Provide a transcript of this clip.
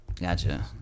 Gotcha